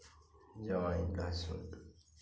अजवाइन लहसुन